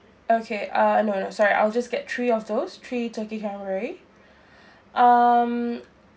okay uh no no sorry I'll just get three of those tree turkey cranberry um